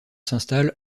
s’installe